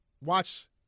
watch